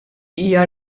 hija